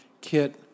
kit